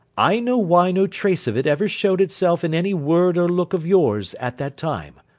i know why no trace of it ever showed itself in any word or look of yours at that time.